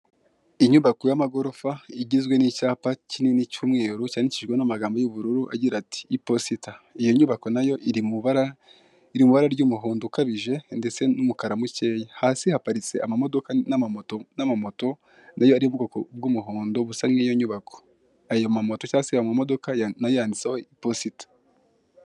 Inyubako y'amagorofa igizwe n'icyapa kinini cy'umweru cyandikishijwe n'amagambo y'ubururu agira ati " Iposita". Iyo nyubako na yo iri mu ibara, iri mu ibara ry'umuhondo ukabije, ndetse n'umukara mukeya. Hasi haparitse amamodoka n'amamoto, n'amamoto, na yo ari mu bwoko bw'umuhondo busa n'iyo nyubako. Ayo mamoto cyangwa se ayo mamodoka nayo yanditse iposita.